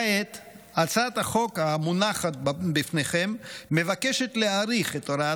כעת הצעת החוק המונחת בפניכם מבקשת להאריך את הוראת